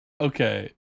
Okay